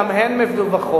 גם הן מדווחות.